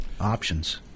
options